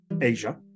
Asia